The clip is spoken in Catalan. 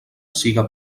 siga